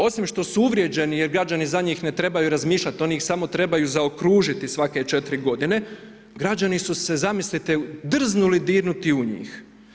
Osim što su uvrijeđeni jer građani za njih ne trebaju razmišljati, oni ih samo trebaju zaokružiti svake 4 godine, građani su se zamislite drznuli dirnuti u njih.